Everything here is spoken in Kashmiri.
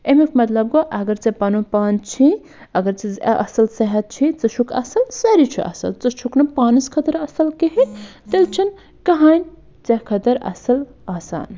اَمیُک مطلب گوٚو اَگر ژےٚ پَنُن پان چھُے اَگر ژٕ اَصٕل صحت چھُے ژٕ چھُکھ اَصٕل سٲری چھُ اَصٕل ژٕ چھُکھ نہٕ پانَس خٲطرٕ اَصٕل کِہیٖنۍ تیٚلہِ چھُنہٕ کَہَے ژےٚ خٲطرٕ اَصٕل آسان